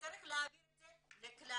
וצריך להעביר את זה לכלל